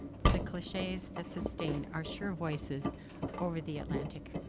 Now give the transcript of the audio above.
for the cliches that sustain our sure voices over the atlantic.